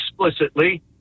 explicitly